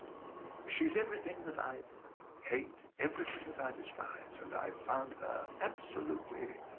she's everything that i hate. everything that i despise and i found her absolutely